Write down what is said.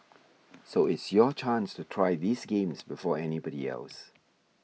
so it's your chance to try these games before anybody else